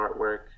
artwork